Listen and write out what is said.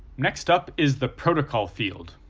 next up is the protocol field,